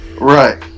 Right